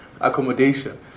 accommodation